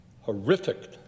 horrific